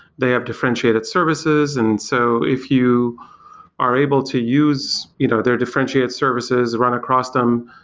they have differentiated services. and so if you are able to use you know their differentiated services, run across them,